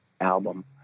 album